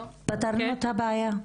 פתרנו את הבעיה?